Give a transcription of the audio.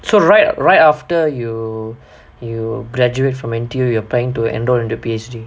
so right right after you you graduate from interior you applying into P_H_D